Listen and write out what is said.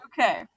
Okay